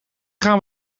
gaan